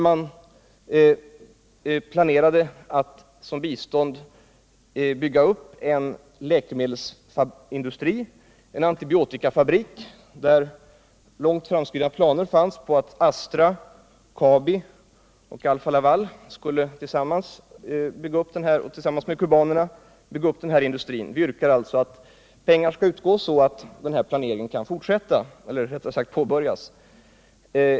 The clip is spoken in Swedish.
Det planerades då att man skulle bygga upp en läkemedelsindustri, en antibiotikafabrik. Man hade långt framskridna planer på att AB Astra, AB Kabi och Alfa-Laval AB tillsammans med kubanerna skulle bygga upp den här industrin. Vi yrkar på att pengar skall anslås, så att den här planeringen kan påbörjas.